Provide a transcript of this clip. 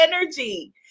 energy